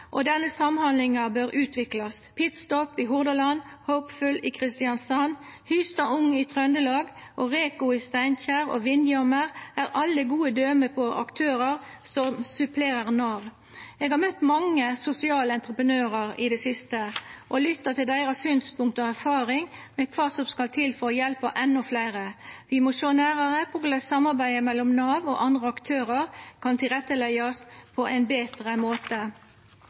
og denne samhandlinga bør utviklast. PitStop i Hordaland, Hopeful i Kristiansand, Hystad Ung i Trøndelag, Reko i Steinkjer og Windjammer er alle gode døme på aktørar som supplerer Nav. Eg har møtt mange sosiale entreprenørar i det siste og lytta til deira synspunkt og erfaring med kva som skal til for å hjelpa endå fleire. Vi må sjå nærare på korleis samarbeidet mellom Nav og andre aktørar kan leggjast til rette på ein betre måte.